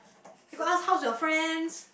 you got ask how's your friends